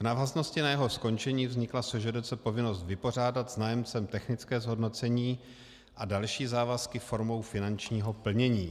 V návaznosti na jeho skončení vznikla SŽDC povinnost vypořádat s nájemcem technické zhodnocení a další závazky formou finančního plnění.